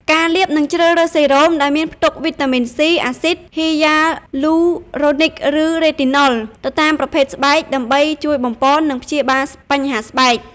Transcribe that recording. ការលាបនិងជ្រើសរើសសេរ៉ូមដែលមានផ្ទុកវីតាមីន សុី អាស៊ីត ហ៊ីយ៉ាលូរ៉ូនិក ឬ រ៉េទីណុល ទៅតាមប្រភេទស្បែក ដើម្បីជួយបំប៉ន និងព្យាបាលបញ្ហាស្បែក ។